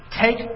take